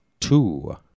two